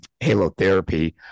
halotherapy